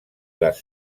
les